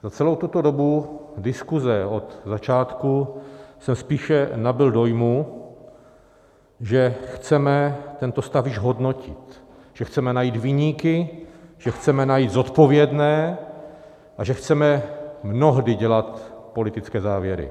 Za celou tuto dobu diskuse od začátku jsem spíše nabyl dojmu, že chceme tento stav již hodnotit, že chceme najít viníky, že chceme najít zodpovědné a že chceme mnohdy dělat politické závěry.